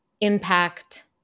impact